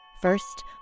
First